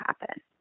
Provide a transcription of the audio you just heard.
happen